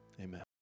amen